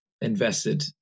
invested